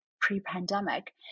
pre-pandemic